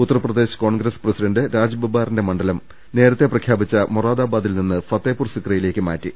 Uttar Pradesh Congress president രാജ്ബബ്ബാറിന്റെ മണ്ഡലം നേരത്തെ പ്രഖ്യാപിച്ച മൊറാദാബാദിൽ നിന്ന് ഫത്തേപ്പൂർ സിക്രി യിലേക്ക് മാറ്റി